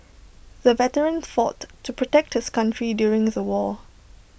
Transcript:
the veteran fought to protect his country during the war